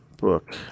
Book